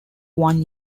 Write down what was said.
one